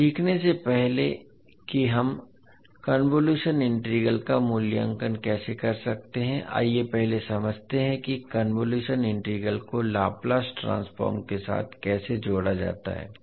अब सीखने से पहले कि हम कन्वोलुशन इंटीग्रल का मूल्यांकन कैसे कर सकते हैं आइए पहले समझते हैं कि कन्वोलुशन इंटीग्रल को लाप्लास ट्रांसफॉर्म के साथ कैसे जोड़ा जाता है